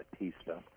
Batista